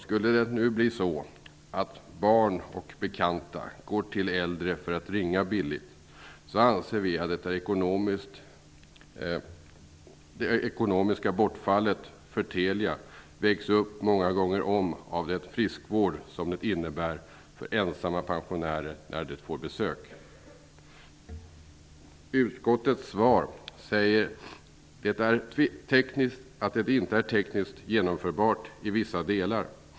Skulle det nu bli så, att barn och bekanta går till äldre för att ringa billigt, anser vi att det ekonomiska bortfallet för Telia vägs upp många gånger om av den friskvård som det innebär för ensamma pensionärer när de får besök. Utskottet säger att det inte är tekniskt genomförbart i vissa delar.